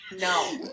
No